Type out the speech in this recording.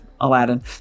Aladdin